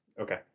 okay